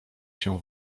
się